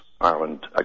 Ireland